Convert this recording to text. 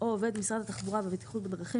או עובד משרד התחבורה והבטיחות בדרכים